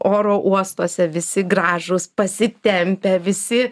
oro uostuose visi gražūs pasitempę visi